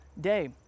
day